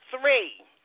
three